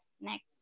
Next